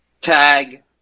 tag